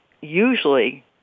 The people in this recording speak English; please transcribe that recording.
usually